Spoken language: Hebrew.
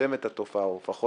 יצמצם את התופעה או לפחות